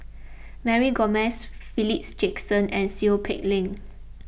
Mary Gomes Philip Jackson and Seow Peck Leng